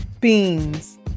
beans